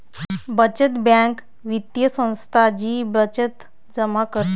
बचत बँक वित्तीय संस्था जी बचत जमा करते